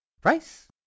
Price